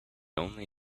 only